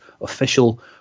official